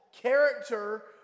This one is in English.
character